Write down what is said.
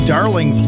Darling